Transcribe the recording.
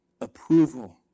approval